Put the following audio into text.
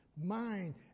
mind